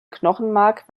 knochenmark